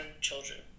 children